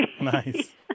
nice